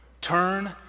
Turn